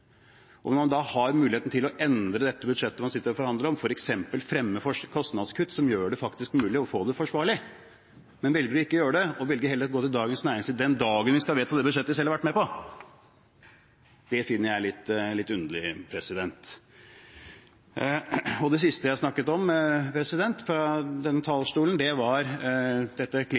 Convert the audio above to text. om, f.eks. ved å fremme kostnadskutt som faktisk gjør det mulig å få det forsvarlig, men velger ikke å gjøre det og heller velger å gå til Dagens Næringsliv den dagen vi skal vedta det budsjettet de selv har vært med på, finner jeg det litt underlig. Det siste jeg snakket om fra denne talerstolen, var dette